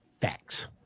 Facts